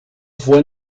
fue